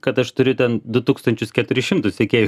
kad aš turiu ten du tūkstančius keturis šimtus sekėjų